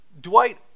Dwight